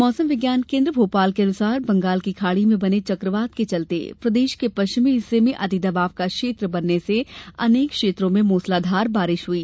मौसम विज्ञान केन्द्र भोपाल के अनुसार बंगाल की खाड़ी में बने चकवात के चलते प्रदेश के पश्चिमी हिस्से में अति दबाव का क्षेत्र बनने से अनेक क्षेत्रों में मूसलाधार बारिश हुई